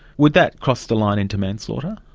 would that cross the line into manslaughter?